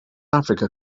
africa